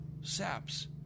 saps